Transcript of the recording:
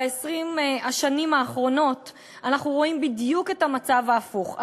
ב-20 השנים האחרונות אנחנו רואים בדיוק את המצב ההפוך,